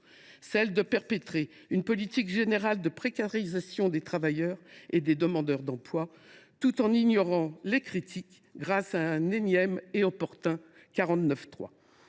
: perpétrer une politique générale de précarisation des travailleurs et des demandeurs d’emploi, tout en ignorant les critiques grâce un énième et opportun